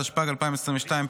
התשפ"ג 2022,